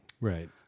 Right